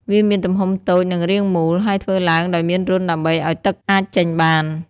វាមានទំហំតូច និងរាងមូល ហើយធ្វើឡើងដោយមានរន្ធដើម្បីឲ្យទឹកអាចចេញបាន។